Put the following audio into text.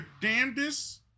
damnedest